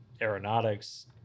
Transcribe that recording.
aeronautics